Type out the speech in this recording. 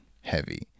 heavy